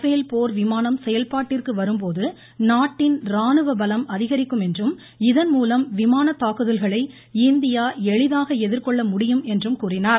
பேல் போர் விமானம் செயல்பாட்டிற்கு வரும் போது நாட்டின் ராணுவ பலம் அதிகரிக்கும் என்றும் இதன்மூலம் விமானத் தாக்குதல்களை இந்தியா எளிதாக எதிர்கொள்ள முடியும் என்றும் கூறினார்